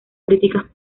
críticas